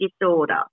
Disorder